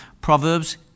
Proverbs